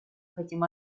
хотим